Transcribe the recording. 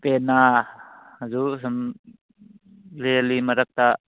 ꯄꯦꯅꯥ ꯑꯗꯨ ꯁꯨꯝ ꯂꯦꯜꯂꯤ ꯃꯔꯛꯇ